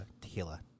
tequila